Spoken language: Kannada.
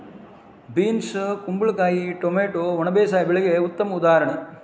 ಬೇನ್ಸ್ ಕುಂಬಳಕಾಯಿ ಟೊಮ್ಯಾಟೊ ಒಣ ಬೇಸಾಯ ಬೆಳೆಗೆ ಉತ್ತಮ ಉದಾಹರಣೆ